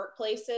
workplaces